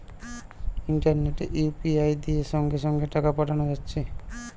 ইন্টারনেটে ইউ.পি.আই দিয়ে সঙ্গে সঙ্গে টাকা পাঠানা যাচ্ছে